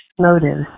motives